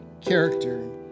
character